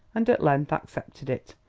and at length accepted it,